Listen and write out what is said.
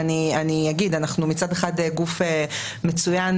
אנחנו מצד אחד גוף מצוין,